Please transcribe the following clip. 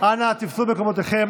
אנא תפסו את מקומותיכם.